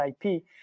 ip